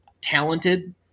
talented